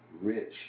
rich